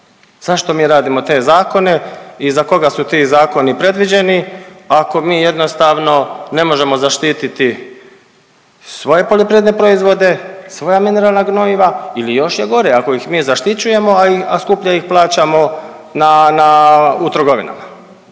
Zašto mi radimo te zakone i za koga su ti zakoni predviđeni ako mi jednostavno ne možemo zaštititi svoje poljoprivredne proizvode, svoja mineralna gnojiva. Ili još je gore ako ih mi zaštićujemo a skuplje ih plaćamo u trgovinama,